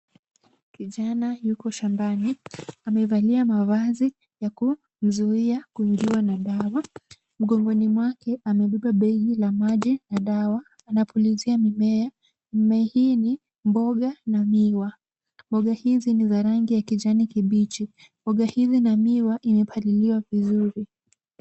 Kijana yupo shambani, amevalia mavazi ya kuzuia kuingiwa na dawa. Mgongoni mwake, amebeba begi la maji na dawa. Anapulizia mimea, mimea hii ni mboga na miwa. Mboga hizi ni za rangi ya kijani kibichi, mboga hizi na miwa, imepaliliwa vizuri.